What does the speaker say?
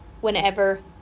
whenever